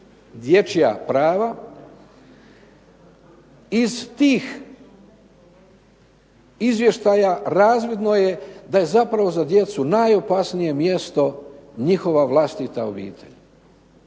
dječja prava, iz tih izvještaja razvidno je da je zapravo za djecu najopasnije mjesto njihova vlastita obitelj.